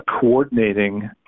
coordinating